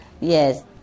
Yes